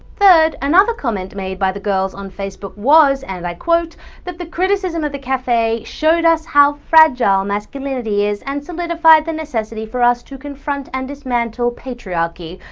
third another comment made by the girls on facebook was and like that the criticism of the cafe showed us how fragile masculinity is and solidified the necessity for us to confront and dismantle patriarchy.